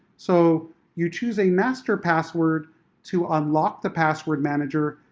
so you choose a master password to unlock the password manager,